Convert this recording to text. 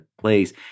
place